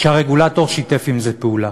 שהרגולטור שיתף עם זה פעולה,